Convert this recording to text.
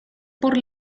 por